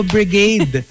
Brigade